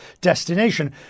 destination